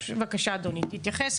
בבקשה אדוני תתייחס,